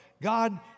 God